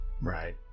Right